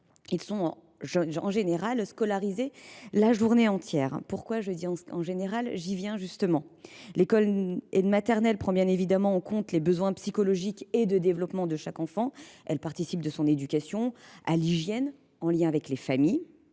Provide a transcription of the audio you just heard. Ils sont en général scolarisés la journée entière. Je dis bien « en général », et je m’en explique. L’école maternelle prend bien évidemment en compte les besoins physiologiques et de développement de chaque enfant. Elle participe à son éducation à l’hygiène en lien avec les familles